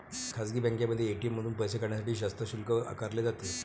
खासगी बँकांमध्ये ए.टी.एम मधून पैसे काढण्यासाठी जास्त शुल्क आकारले जाते